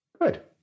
Good